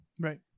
Right